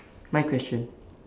my question